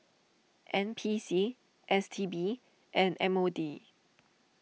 N P C S T B and M O D